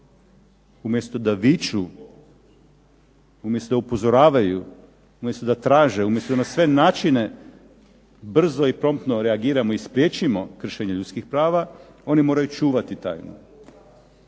Umjesto da viču, umjesto da upozoravaju, umjesto da traže, umjesto da na sve načine brzo i promptno reagiramo i spriječimo kršenje ljudskih prava, one moraju čuvati tajnu.